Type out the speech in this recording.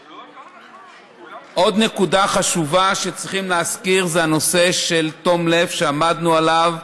עוד נקודה חשובה שצריכים להזכיר זה הנושא של תום לב שעמדנו עליו.